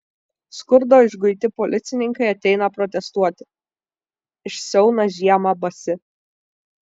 skurdo išguiti policininkai ateina protestuoti išsiauna žiemą basi